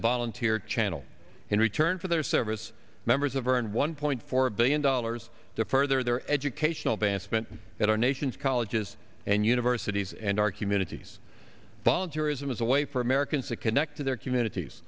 a volunteer channel in return for their service members of earn one point four billion dollars to further their educational ban spent at our nation's colleges and universities and our communities volunteerism is a way for americans to connect to their